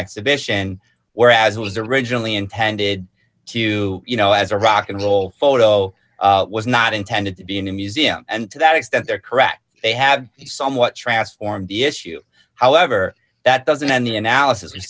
exhibition whereas it was originally intended to you know as a rock and roll d photo was not intended to be in a museum and to that extent they're correct they have somewhat transformed the issue however that doesn't end the analysis you